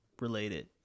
related